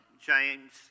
James